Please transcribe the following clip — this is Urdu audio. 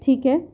ٹھیک ہے